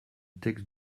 texte